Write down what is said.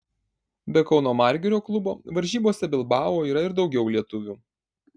be kauno margirio klubo varžybose bilbao yra ir daugiau lietuvių